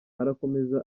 arakomeza